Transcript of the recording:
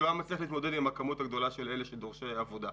הוא לא היה מצליח להתמודד עם הכמות הגדולה של דורשי העבודה.